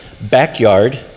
backyard